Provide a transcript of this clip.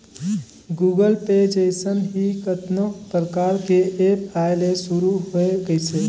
Google Pay जइसन ही कतनो परकार के ऐप आये ले शुरू होय गइसे